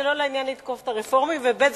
זה לא לעניין לתקוף את הרפורמה, ב.